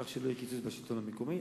כך שלא יהיה קיצוץ בשלטון המקומי.